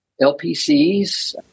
LPCs